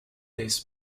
this